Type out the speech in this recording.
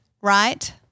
right